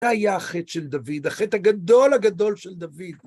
היה החטא של דוד? החטא הגדול הגדול של דוד,